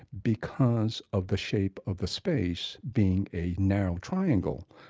because of the shape of the space being a narrow triangle,